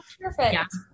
Perfect